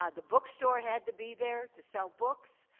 um the bookstore had to be there to sell books.